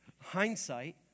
Hindsight